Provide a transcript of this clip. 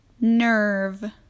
nerve